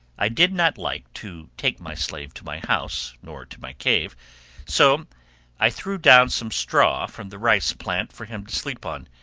i did not like to take my slave to my house, nor to my cave so i threw down some straw from the rice plant for him to sleep on,